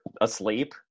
asleep